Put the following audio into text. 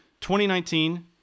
2019